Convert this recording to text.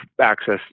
access